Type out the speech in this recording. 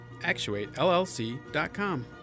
Actuatellc.com